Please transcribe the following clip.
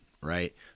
right